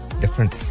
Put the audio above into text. different